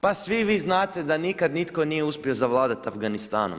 Pa svi vi znate da nikad nitko nije uspio zavladati Afganistanom.